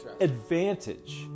advantage